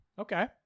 okay